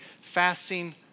fasting